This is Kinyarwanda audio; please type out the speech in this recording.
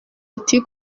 ati